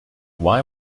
why